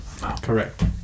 Correct